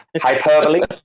Hyperbole